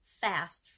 fast